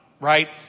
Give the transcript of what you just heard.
Right